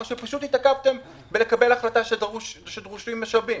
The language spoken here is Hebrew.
או שפשוט התעכבתם בלקבל החלטה שדרושים משאבים?